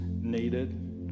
needed